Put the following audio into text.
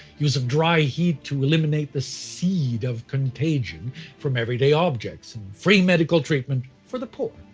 use of dry heat to eliminate the seeds of contagion from everyday objects, and free medical treatment for the poor.